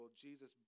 Jesus